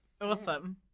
Awesome